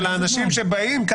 של האנשים שבאים מחו"ל,